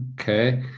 okay